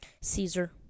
Caesar